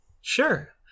Sure